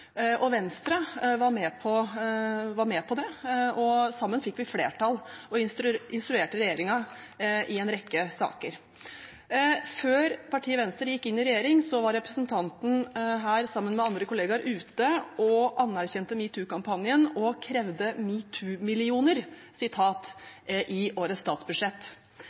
og Venstre var med på det. Sammen fikk vi flertall og instruerte regjeringen i en rekke saker. Før partiet Venstre gikk inn i regjering, var representanten sammen med andre kollegaer ute og anerkjente metoo-kampanjen og krevde «metoo-millioner» i årets statsbudsjett.